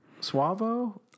Suavo